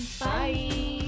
bye